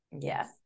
Yes